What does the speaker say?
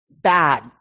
bad